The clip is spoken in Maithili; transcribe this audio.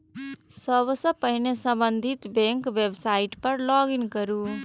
सबसं पहिने संबंधित बैंकक वेबसाइट पर लॉग इन करू